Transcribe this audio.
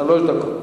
שלוש דקות.